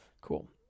Cool